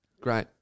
Great